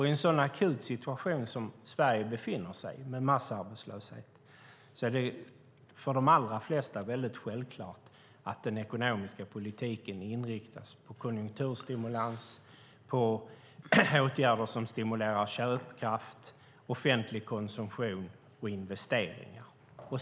I en så akut situation med massarbetslöshet som Sverige befinner sig i är det för de allra flesta självklart att den ekonomiska politiken inriktas på konjunkturstimulans, åtgärder som stimulerar köpkraft, offentlig konsumtion och investeringar.